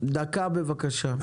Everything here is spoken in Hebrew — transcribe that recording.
דקה בבקשה.